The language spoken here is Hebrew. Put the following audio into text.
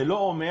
זה לא אומר